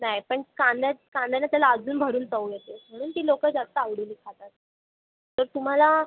नाही पण कांद्या कांद्याने त्याला अजून भरून चव येते म्हणून ती लोक जास्त आवडीने खातात तर तुम्हाला